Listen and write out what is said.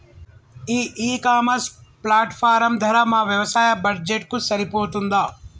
ఈ e commerce platform ధర మా వ్యవసాయ బడ్జెట్ కు సరిపోతుందా?